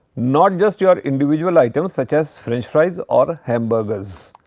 not just your individual items such as french fries or hamburgers.